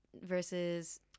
Versus